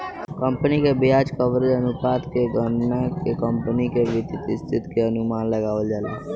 company के ब्याज coverage अनुपात के गणना के कंपनी के वित्तीय स्थिति के अनुमान लगावल जाता